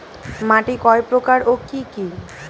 মাটি কয় প্রকার ও কি কি?